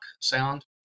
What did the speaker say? sound